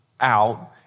out